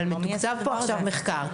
אבל מתוקצב פה עכשיו מחקר.